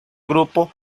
grupo